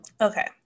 Okay